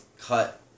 cut